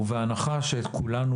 ובהנחה שאת כולנו